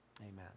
amen